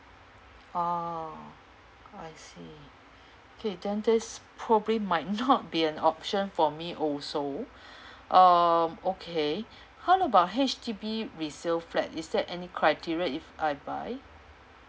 oh I see okay then this probably might not be an option for me also um okay how about H_D_B resale flat is there any criteria if I buy